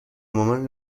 مامان